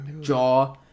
jaw